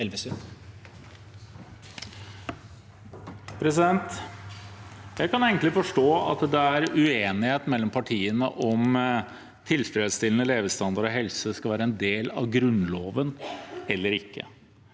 Jeg kan forstå at det er uenighet mellom partiene om hvorvidt tilfredsstillende levestandard og helse skal være en del av Grunnloven eller ikke,